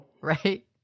Right